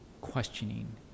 questioning